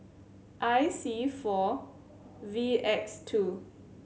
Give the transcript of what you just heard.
I C four V X two